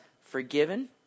forgiven